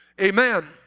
Amen